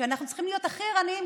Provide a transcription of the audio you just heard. ובה אנחנו צריכים להיות הכי ערניים,